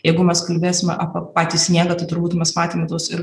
jeigu mes kalbėsime apie patį sniegą tai turbūt mes matėm tuos ir